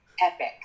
epic